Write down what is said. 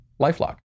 LifeLock